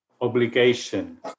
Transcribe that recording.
obligation